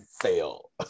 fail